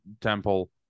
temple